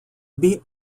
beat